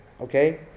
okay